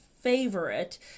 favorite